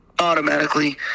automatically